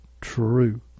True